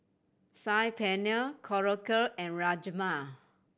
Saag Paneer Korokke and Rajma